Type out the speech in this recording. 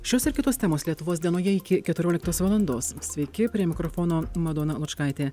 šios ir kitos temos lietuvos dienoje iki keturioliktos valandos sveiki prie mikrofono madona lučkaitė